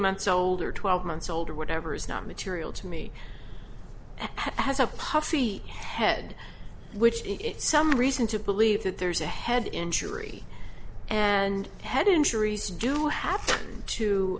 months old or twelve months old or whatever is not material to me has a puffy head which it some reason to believe that there's a head injury and head injuries do have to